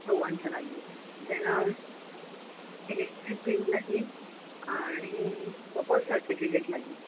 दोघांचं लागेल then electric bill लागेल आणि बर्थ सर्टिफिकेट लागेल